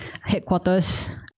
headquarters